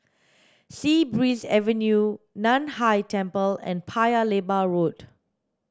Sea Breeze Avenue Nan Hai Temple and Paya Lebar Road